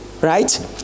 right